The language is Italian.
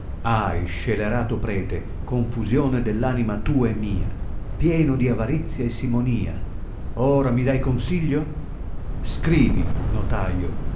ahi scelerato prete confusione dell anima tua e mia pieno di avarizia e simonia ora mi dai consiglio scrivi notaio